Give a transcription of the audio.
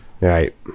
Right